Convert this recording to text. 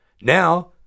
Now